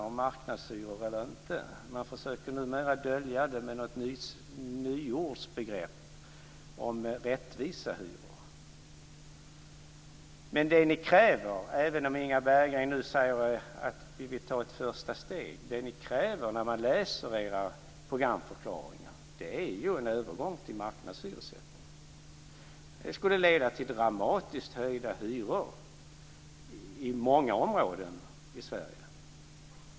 Numera försöker man dölja det med något nyordsbegrepp om rättvisa hyror. Men det ni kräver i era programförklaringar - även om Inga Berggren nu säger att ni tar ett första steg - är ju en övergång till marknadshyressättning. Det skulle leda till dramatiskt höjda hyror i många områden i Sverige.